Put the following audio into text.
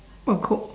what quote